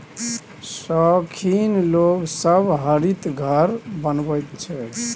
शौखीन लोग सब हरित घर बनबैत छै